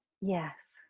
Yes